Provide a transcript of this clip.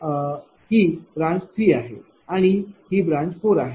ही branch 3 आहे आणि ही ब्रांच 4 आहे